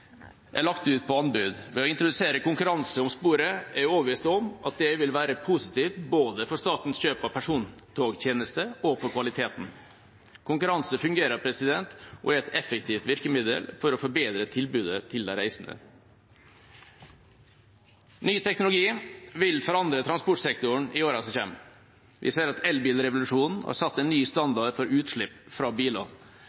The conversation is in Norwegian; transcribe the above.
er lagt ut på anbud. Det å introdusere konkurranse om sporet er jeg overbevist om vil være positivt både for statens kjøp av persontogtjenester og for kvaliteten. Konkurranse fungerer, og er et effektivt virkemiddel for å forbedre tilbudet til de reisende. Ny teknologi vil forandre transportsektoren i årene som kommer. Vi ser at elbilrevolusjonen har satt en ny